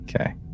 Okay